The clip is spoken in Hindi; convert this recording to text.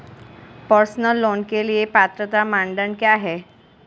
पर्सनल लोंन के लिए पात्रता मानदंड क्या हैं?